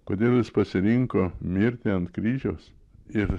kodėl jis pasirinko mirtį ant kryžiaus ir